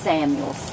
Samuel